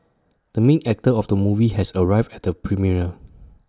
the main actor of the movie has arrived at the premiere